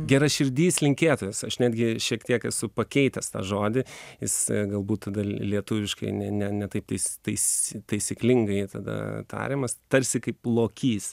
geraširdys linkėtojas aš netgi šiek tiek esu pakeitęs tą žodį jis galbūt dar lietuviškai ne ne ne taip tais tais taisyklingai tada tariamas tarsi kaip lokys